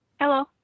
Hello